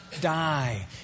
die